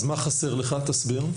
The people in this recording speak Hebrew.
אז מה חסר לך, תסביר.